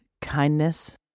kindness